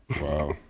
Wow